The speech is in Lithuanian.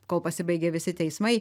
kol pasibaigė visi teismai